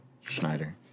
Schneider